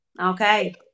Okay